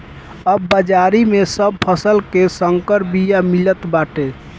अब बाजारी में सब फसल के संकर बिया मिलत बाटे